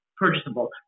Purchasable